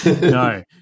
No